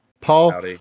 paul